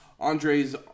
Andre's